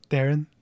Darren